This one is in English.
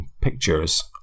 pictures